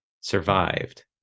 survived